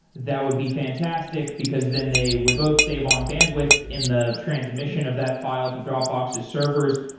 that would be fantastic, because then they would both save on bandwidth in the transmission of that file to dropbox's servers.